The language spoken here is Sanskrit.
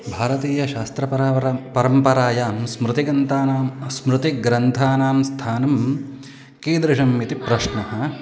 भारतीयशास्त्रपरम्परा परं परम्परायां स्मृतिग्रन्थानां स्मृतिग्रन्थानां स्थानं कीदृशम् इति प्रश्नः